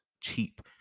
cheap